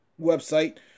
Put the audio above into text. website